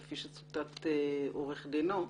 כפי שצוטט עורך דינו,